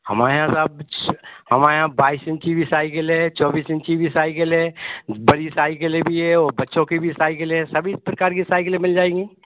हमारे यहाँ साहब हमाए यहाँ बाईस इंच की भी साइकिल है चौबीस इंच की भी साइकिल है बड़ी साइकिलें भी है और बच्चों की भी साइकिलें हैं सभी प्रकार की साइकिलें मिल जाएंगी